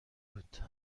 بود